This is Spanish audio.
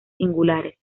singulares